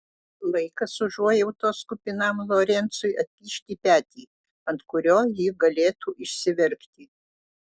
laikas užuojautos kupinam lorencui atkišti petį ant kurio ji galėtų išsiverkti